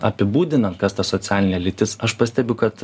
apibūdinant kas ta socialinė lytis aš pastebiu kad